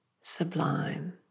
sublime